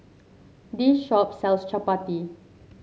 this shop sells Chapati